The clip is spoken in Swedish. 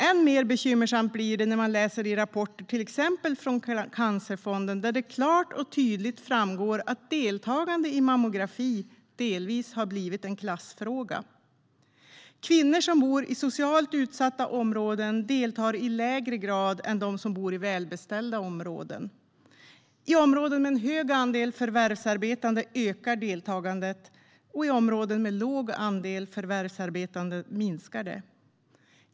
Än mer bekymmersamt blir det när man läser rapporter, till exempel från Cancerfonden, där det klart och tydligt framgår att deltagande i mammografi delvis har blivit en klassfråga. Kvinnor som bor i socialt utsatta områden deltar i lägre grad än de som bor i välbeställda områden. I områden med hög andel förvärvsarbetande ökar deltagandet, och i områden med låg andel förvärvsarbetande minskar det.